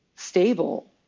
stable